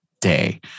day